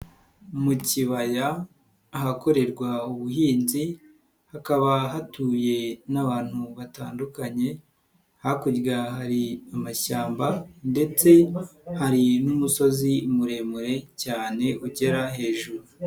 Mu kibaya ahakorerwa ubuhinzi hakaba hatuye n'abantu batandukanye, hakurya hari amashyamba ndetse hari n'umusozi muremure cyane ugera hejuru.